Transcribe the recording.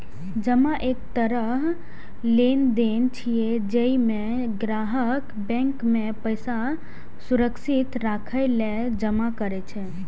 जमा एक तरह लेनदेन छियै, जइमे ग्राहक बैंक मे पैसा सुरक्षित राखै लेल जमा करै छै